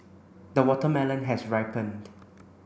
the watermelon has ripened